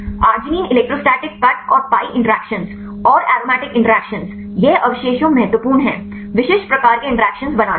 arginine electrostatic cut और pi interactions और aromatic interactions यह अवशेषों महत्वपूर्ण है विशिष्ट प्रकार की इंटरेक्शन्स बनाने मै